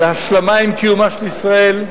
של ההשלמה עם קיומה של ישראל,